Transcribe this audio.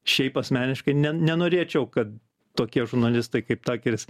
šiaip asmeniškai ne nenorėčiau kad tokie žurnalistai kaip takeris